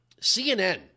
CNN